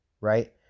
right